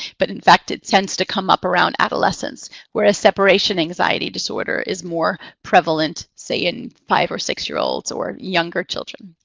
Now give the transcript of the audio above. but in fact, it tends to come up around adolescence whereas separation anxiety disorder is more prevalent, say, in five or six year olds or younger children.